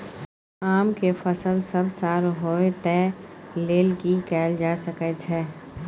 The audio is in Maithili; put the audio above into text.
आम के फसल सब साल होय तै लेल की कैल जा सकै छै?